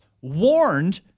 warned